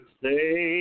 say